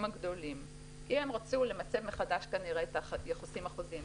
הגדולים כי הם רצו למצב מחדש כנראה את היחסים החוזיים,